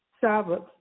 Sabbath